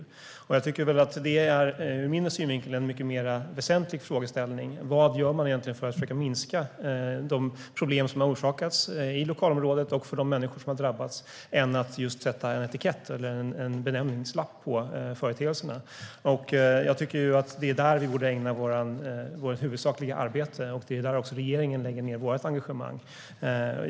Vad man egentligen gör för att försöka minska de problem som har orsakats i lokalområdet och för de människor som har drabbats är ur min synvinkel en mycket mer väsentlig frågeställning än att just sätta en etikett på företeelserna. Jag tycker ju att det är det vi borde ägna vårt huvudsakliga arbete åt, och det är också där regeringen lägger ned sitt engagemang.